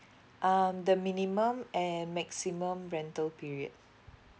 um the minimum and maximum rental period